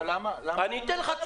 אני אתן לך.